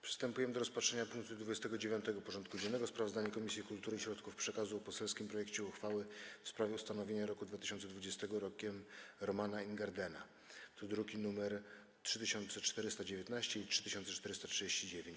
Przystępujemy do rozpatrzenia punktu 29. porządku dziennego: Sprawozdanie Komisji Kultury i Środków Przekazu o poselskim projekcie uchwały w sprawie ustanowienia roku 2020 Rokiem Romana Ingardena (druki nr 3419 i 3439)